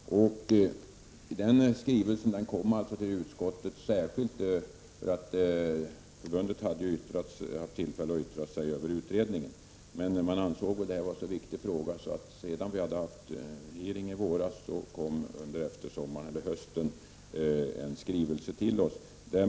Förbundet hade haft tillfälle att yttra sig över utredningen, men ansåg efter den hearing vi hade i våras att detta var en så viktig fråga att man under sommaren eller hösten skickade in en skrivelse till oss.